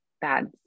bad